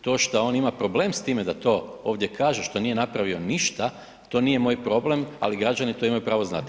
To šta on ima problem s time da to ovdje kaže što nije napravio ništa, to nije moj problem, ali građani to imaju pravo znati.